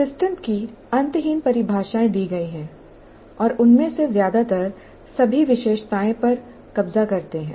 system की अंतहीन परिभाषाएं दी गई हैं और उनमें से ज्यादातर सभी विशेषताएं पर कब्जा करते हैं